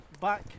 back